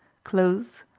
clothes,